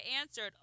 answered